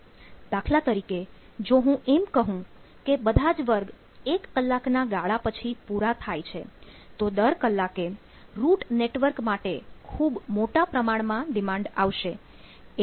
દાખલા તરીકે જો હું એમ કહું કે બધા જ વર્ગ એક કલાકના ગાળા પછી પૂરા થાય છે તો દર કલાકે રૂટ નેટવર્ક માટે ખૂબ મોટા પ્રમાણમાં ડિમાન્ડ આવશે